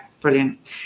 brilliant